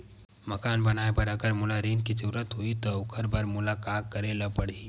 मकान बनाये बर अगर मोला ऋण के जरूरत होही त ओखर बर मोला का करे ल पड़हि?